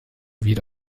wird